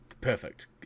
perfect